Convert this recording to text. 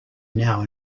now